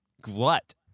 glut